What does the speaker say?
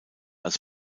als